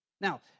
Now